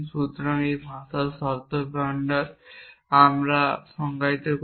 সুতরাং এই ভাষার শব্দভাণ্ডার তারপর আমরা সংজ্ঞায়িত করি